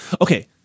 Okay